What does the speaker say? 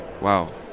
Wow